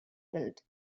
built